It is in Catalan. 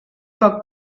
poc